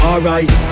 Alright